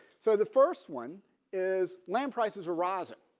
so the first one is land prices are rising.